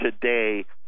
today